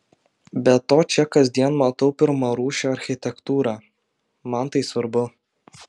be to čia kasdien matau pirmarūšę architektūrą man tai svarbu